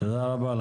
תודה רבה.